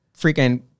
freaking